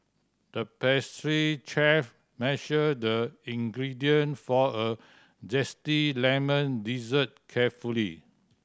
the pastry chef measured the ingredient for a zesty lemon dessert carefully